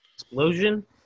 explosion